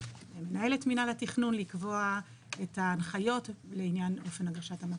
מנהלת מינהל התכנון לקבוע את ההנחיות לענין אופן הגשת המפה.